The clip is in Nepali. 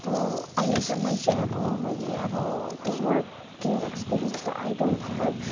त्यो अहिलेसम्म चाहिँ अब मैले अब त्यो वर्किङ एक्सपेरियन्स त आइ डन्ट ह्याभ